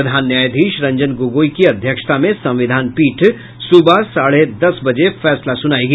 प्रधान न्यायाधीश रंजन गोगोई की अध्यक्षता में संविधान पीठ सुबह साढ़े दस बजे फैसला सुनायेगी